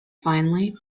finally